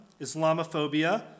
Islamophobia